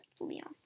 Leon